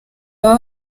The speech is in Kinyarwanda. baba